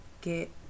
get